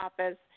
office